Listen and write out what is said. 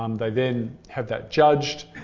um they then have that judged.